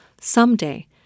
Someday